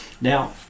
Now